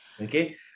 okay